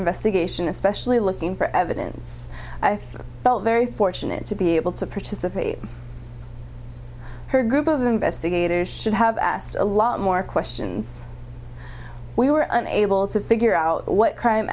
investigation especially looking for evidence i think felt very fortunate to be able to participate her group of investigators should have asked a lot more questions we were able to figure out what crime